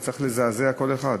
זה צריך לזעזע כל אחד.